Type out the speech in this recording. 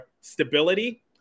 stability